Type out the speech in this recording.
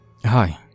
Hi